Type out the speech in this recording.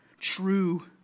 True